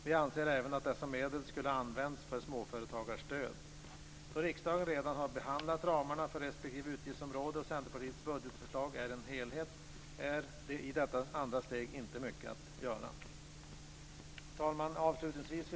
Vi anser även att dessa medel skulle ha använts för småföretagarstöd. Då riksdagen redan har behandlat ramarna för de olika utgiftsområdena och Centerpartiets budgetförslag är en helhet är det i detta andra steg inte mycket att göra. Fru talman!